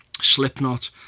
Slipknot